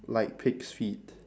like pig's feet